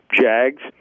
Jags